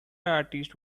artist